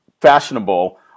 fashionable